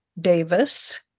Davis